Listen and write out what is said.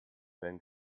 werden